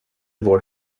vår